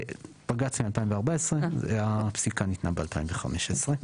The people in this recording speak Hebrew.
זה בג"צ מ-2014, הפסיקה ניתנה ב-2015.